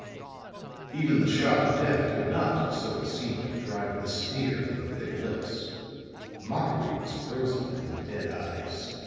even the shock of death could not, so it seemed, drive the sneer from the thick lips mockery was frozen in the dead eyes.